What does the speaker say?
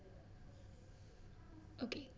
okay